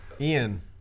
Ian